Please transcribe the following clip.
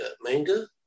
manga